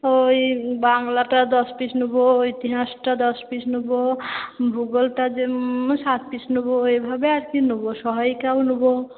তো ওই বাংলাটা দশ পিস নেবো ওই ইতিহাসটা দশ পিস নোবো ভূগোলটা সাত পিস মতো নেবো এইভাবে আর কি নেবো সহায়িকাও নেবো